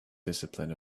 discipline